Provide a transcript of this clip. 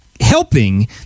helping